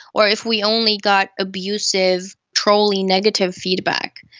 or if we only got abusive, trolly negative feedback,